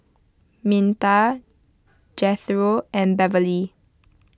Minta Jethro and Beverly